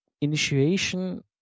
initiation